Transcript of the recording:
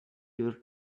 your